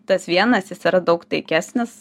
tas vienas jis yra daug taikesnis